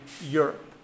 Europe